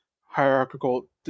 hierarchical